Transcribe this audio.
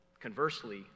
Conversely